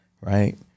right